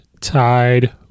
tide